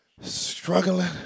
Struggling